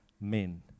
men